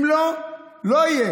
אם לא, לא יהיה.